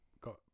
got